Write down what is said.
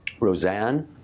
Roseanne